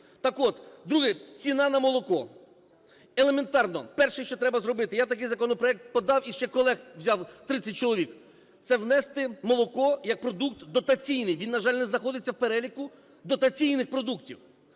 Так от, друге – ціна на молоко. Елементарно, перше, що треба зробити. Я такий законопроект подав і ще колег взяв 30 чоловік. Це внести, молоко як продукт дотаційний. Він, на жаль, не знаходиться в переліку дотаційних продуктів.